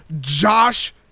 Josh